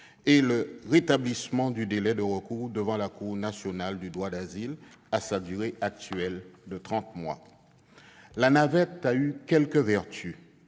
et le rétablissement du délai de recours devant la Cour nationale du droit d'asile à sa durée actuelle de trente jours. La navette a eu quelques vertus.